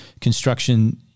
Construction